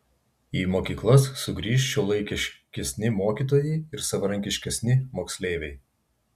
į mokyklas sugrįš šiuolaikiškesni mokytojai ir savarankiškesni moksleiviai